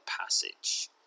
passage